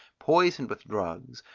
poisoned with drugs,